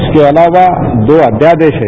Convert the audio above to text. उसके अलावा दो अध्यादेश है